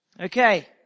Okay